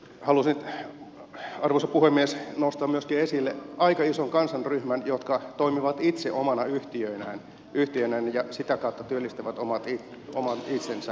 halusin arvoisa puhemies nostaa myöskin esille aika ison kansanryhmän jotka toimivat itse omina yhtiöinään ja sitä kautta työllistävät oman itsensä